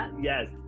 Yes